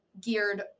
geared